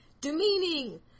Demeaning